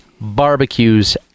barbecues